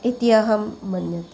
इति अहं मन्ये